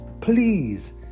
please